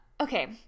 okay